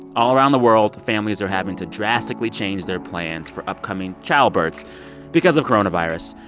all around the world, families are having to drastically change their plans for upcoming childbirth because of coronavirus.